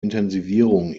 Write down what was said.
intensivierung